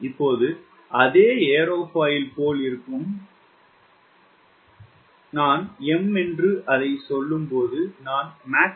இப்போது அதே ஏரோஃபாயில் போல் இருக்கும் நான் M என்று சொல்லும்போது நான் மாக் 0